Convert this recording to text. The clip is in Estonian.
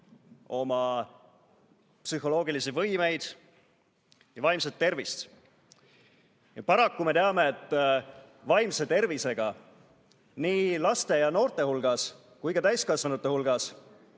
oma psühholoogilisi võimeid ja vaimset tervist. Paraku me teame, et vaimse tervisega on nii laste, noorte kui ka täiskasvanute hulgas